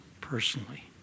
personally